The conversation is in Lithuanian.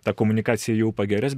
ta komunikacija jau pagerės